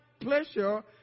pleasure